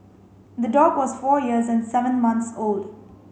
the dog was four years and seven months old